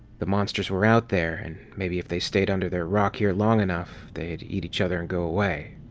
the monsters were out there and maybe if they stayed under their rock here long enough, they'd eat each other and go away.